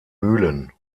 mühlen